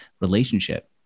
relationship